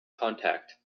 contact